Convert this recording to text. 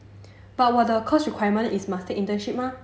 but 我的 course requirement is must take internship mah